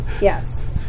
Yes